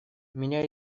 меня